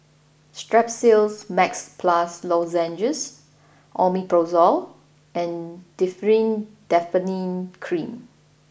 Strepsils Max Plus Lozenges Omeprazole and Differin Adapalene Cream